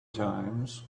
times